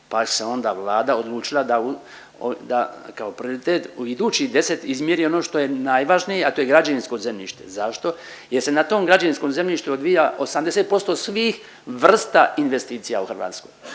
pa se onda Vlada odlučila da u, da kao prioritet u idućih 10 izmjeri ono što je najvažnije, a to je građevinsko zemljište. Zašto? Jer se na tom građevinskom zemljištu odvija 80% svih vrsta investicija u Hrvatskoj.